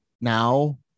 now